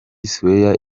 square